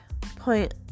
point